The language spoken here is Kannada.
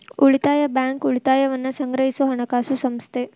ಉಳಿತಾಯ ಬ್ಯಾಂಕ್, ಉಳಿತಾಯವನ್ನ ಸಂಗ್ರಹಿಸೊ ಹಣಕಾಸು ಸಂಸ್ಥೆ